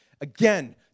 Again